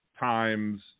Times